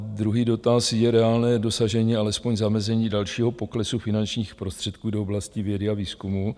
A druhý dotaz: Je reálné dosažení, alespoň zamezení dalšího poklesu finančních prostředků do oblasti vědy a výzkumu?